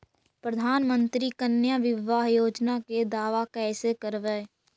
प्रधानमंत्री कन्या बिबाह योजना के दाबा कैसे करबै?